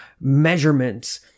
measurements